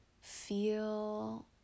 feel